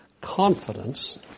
confidence